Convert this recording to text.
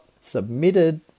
submitted